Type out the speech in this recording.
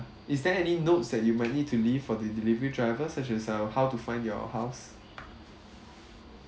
is there any notes that you might need to leave for the delivery driver such as uh how to find your house